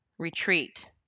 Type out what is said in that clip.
retreat